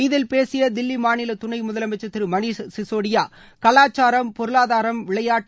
இதில் பேசிய தில்லி மாநில துணை முதலமைச்சர் திரு மனிஷ் சிசோடியா கலாச்சாரம் பொருளாதாரம் விளையாட்டு